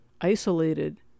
isolated